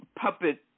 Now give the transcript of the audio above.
puppet